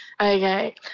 Okay